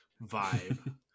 vibe